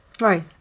Right